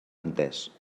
entès